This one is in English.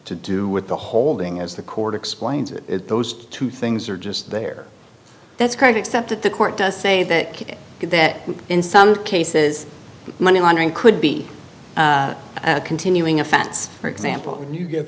to do with the holding as the court explains it those two things are just there that's great except that the court does say that it could that in some cases money laundering could be a continuing offense for example you